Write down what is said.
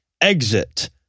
Exit